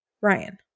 Ryan